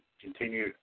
continue